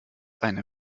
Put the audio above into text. eine